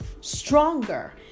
stronger